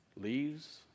Leaves